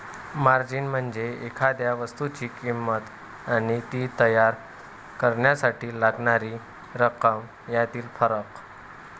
margin म्हणजे एखाद्या वस्तूची किंमत आणि ती तयार करण्यासाठी लागणारी रक्कम यातील फरक